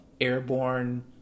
airborne